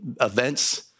events